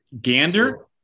Gander